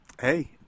Hey